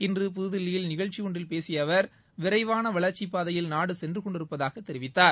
இன்று புதுதில்லியில் நிகழ்ச்சி ஒன்றில் பேசிய அவர் விரைவாள வளர்ச்சிப் பாதையில் நாடு சென்று கொண்டிருப்பதாகத் தெரிவித்தார்